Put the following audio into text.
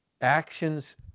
Actions